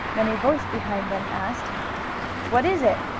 when a voice behind them asked what is it?